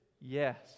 yes